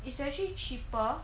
it's actually cheaper